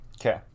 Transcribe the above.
Okay